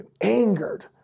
angered